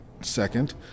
second